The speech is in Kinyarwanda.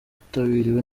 yitabiriwe